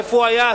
איפה הוא היה,